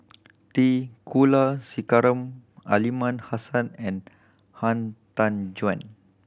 T Kulasekaram Aliman Hassan and Han Tan Juan